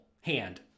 hand